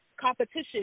competition